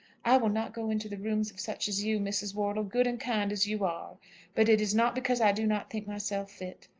i will not go into the rooms of such as you, mrs. wortle, good and kind as you are but it is not because i do not think myself fit.